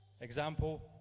example